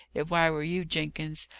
if i were you, jenkins.